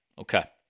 Okay